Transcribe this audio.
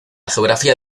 geografía